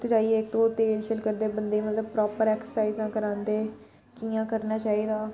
उत्थै जाइयै इक ते ओह् तेल शेल करदे बंदे गी मतलब परापर ऐक्सरसाइजां करांदे बंदे गी कि'यां करना चाहिदा